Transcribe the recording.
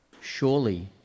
Surely